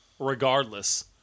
regardless